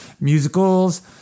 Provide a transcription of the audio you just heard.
Musicals